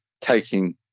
taking